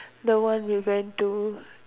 the one we went to